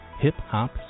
hip-hop